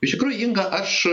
iš tikrųjų inga aš